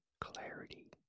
clarity